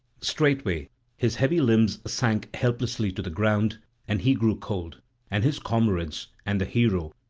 straightway his heavy limbs sank helplessly to the ground and he grew cold and his comrades and the hero,